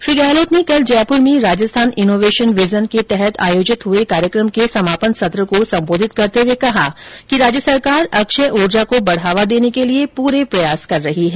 श्री गहलोत ने कल जयपुर में राजस्थान इनोवेषन विजन के तहत आयोजित हुए कार्यक्रम के समापन सत्र को संबोधित करते हुए कहा कि राज्य सरकार अक्षय ऊर्जा को बढ़ावा देने के लिए पूरे प्रयास कर रही है